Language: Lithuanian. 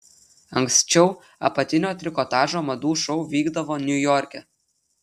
anksčiau apatinio trikotažo madų šou vykdavo niujorke